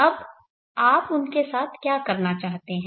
अब आप उनके साथ क्या करना चाहते हैं